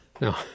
No